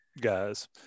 guys